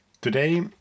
Today